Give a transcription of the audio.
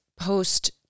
post